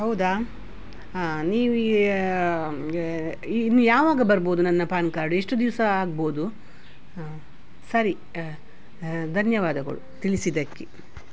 ಹೌದಾ ನೀವು ಇನ್ನು ಯಾವಾಗ ಬರ್ಬೋದು ನನ್ನ ಪಾನ್ ಕಾರ್ಡ್ ಎಷ್ಟು ದಿವಸ ಆಗ್ಬೋದು ಹಾಂ ಸರಿ ಧನ್ಯವಾದಗಳು ತಿಳಿಸಿದ್ದಕ್ಕೆ